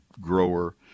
grower